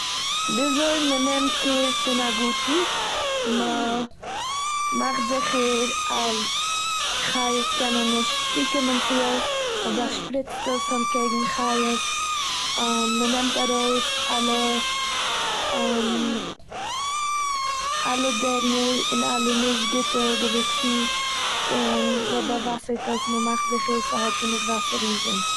וויזוי מ'נעמט קעיר פון א גארטן. מ'מאכט זיכער אז חיות קענען נישט צוקומען צו עס- מ'באשפריצט עס אנטקעגן חיות, מ'נעמט ארויס אלע אלע דערנער און אלע נישט גוטע געוויקסן און מ'באוואסער'ט עס- מ'מאכט זיכער ס'האט גענוג וואסער און זון.